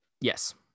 Yes